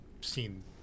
seen